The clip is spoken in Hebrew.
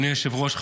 אדוני היושב-ראש,